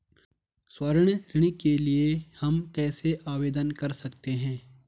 स्वर्ण ऋण के लिए हम कैसे आवेदन कर सकते हैं?